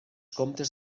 comtes